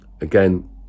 again